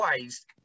ways